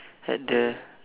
at the